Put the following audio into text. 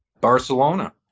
Barcelona